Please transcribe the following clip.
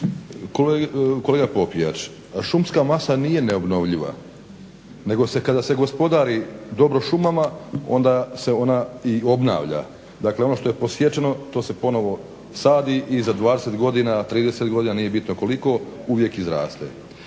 Kolega Popijač šumska masa nije neobnovljiva nego kada se gospodari dobro šumama onda se onda i obnavlja. Dakle, ono što je posječeno to se ponovno sadi i za 20 godina, 30 godina nije bitno koliko uvijek izraste.